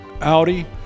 Audi